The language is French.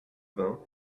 vingts